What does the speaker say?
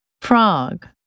Frog